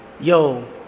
yo